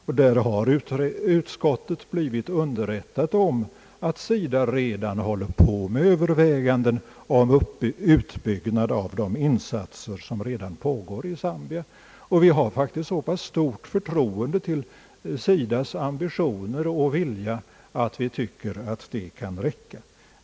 Utskottet har på den punkten underrättats om att SIDA överväger en utbyggnad av de insatser som redan görs i Zambia. Vi har så pass stort förtroende till SIDA:s ambitioner och vilja att vi tycker att det kan räcka.